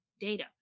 data